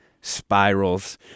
Spirals